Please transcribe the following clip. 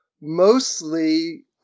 mostly